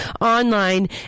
online